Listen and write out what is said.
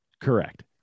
correct